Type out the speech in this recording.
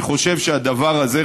אני חושב שהדבר הזה,